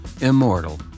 immortal